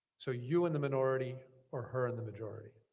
so you in the minority or her in the majority.